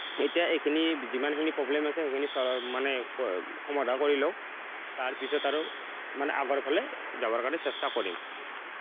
এতিয়া এইখিনি যিমানখিনি প্ৰব্লেম আছে সেইখিনি মানে সমাধা কৰি লওঁ তাৰ পিছত আৰু মানে আগৰফালে যাবৰ কাৰণে চেষ্টা কৰিম